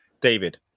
David